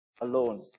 alone